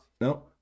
no